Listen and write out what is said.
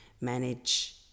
manage